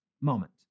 moment